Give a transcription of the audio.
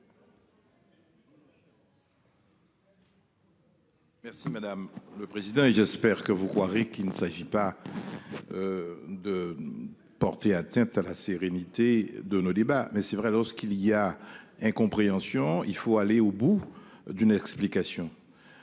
Merci madame le président et j'espère que vous croirez qu'il ne s'agit pas. De. Porter atteinte à la sérénité de nos débats. Mais c'est vrai lorsqu'il y a. Incompréhension, il faut aller au bout d'une explication.